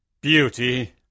Beauty